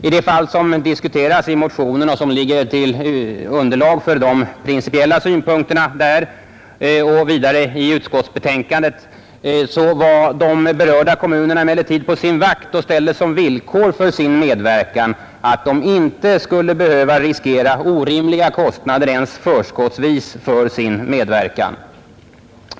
I det fall som diskuteras i motionen och som ligger till underlag för de principiella synpunkterna där och vidare i utskottsbetänkandet var de berörda kommunerna emellertid på sin vakt och ställde som villkor för sin medverkan att de inte skulle behöva riskera orimliga kostnader ens förskottsvis för sin medverkan.